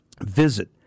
Visit